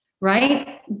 right